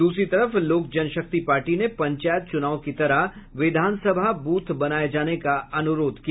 दूसरी तरफ लोक जनशक्ति पार्टी ने पंचायत चुनाव की तरह विधानसभा बूथ बनाए जाने का अनुरोध किया